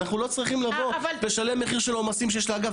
אנחנו לא צריכים לבוא ולשלם את מחיר העומסים שיש לאגף,